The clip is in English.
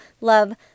love